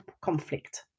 conflict